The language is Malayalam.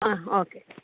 ആ ഓക്കെ